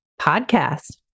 podcast